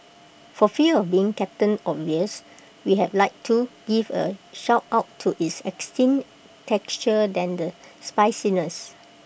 for fear of being captain obvious we had like to give A shout out to its extinct texture than the spiciness